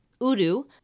Udu